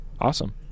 Awesome